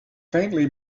faintly